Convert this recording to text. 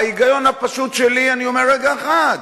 ההיגיון הפשוט שלי אני אומר: רגע אחד,